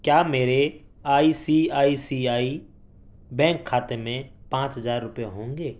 کیا میرے I C I C I bank کھاتے میں پانچ ہزار روپے ہوں گے